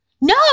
No